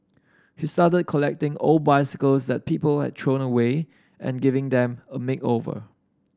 he started collecting old bicycles that people had thrown away and giving them a makeover